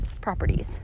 properties